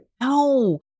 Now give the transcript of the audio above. No